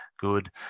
good